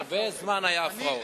הרבה זמן היו הפרעות.